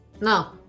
No